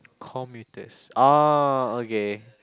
commuters oh okay